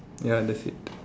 ya that's it